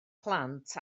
plant